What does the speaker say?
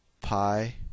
pi